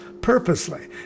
purposely